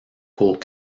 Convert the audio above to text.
cours